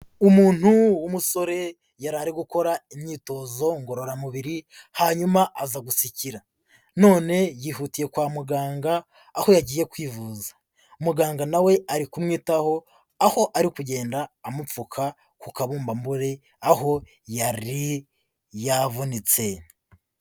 Umuntu w'umusore yari ari gukora imyitozo ngororamubiri hanyuma azagutsikira, none yihutiye kwa muganga aho yagiye kwivuza. Muganga nawe ari kumwitaho aho ari kugenda amupfuka ku kabumbambore aho yari yavunitse.